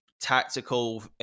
Tactical